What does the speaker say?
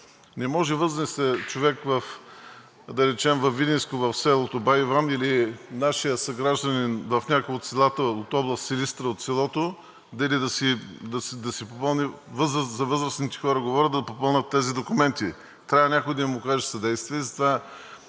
Не може възрастен човек, да речем във видинско, в селото, бай Иван или нашият съгражданин в някое от селата от област Силистра, от селото да иде да си – за възрастните хора говоря, да попълнят тези документи. Трябва някой да им окаже съдействие.